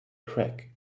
crack